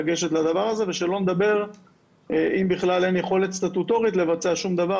אם בכלל אין יכולת סטטוטורית לבצע שום דבר,